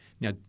Now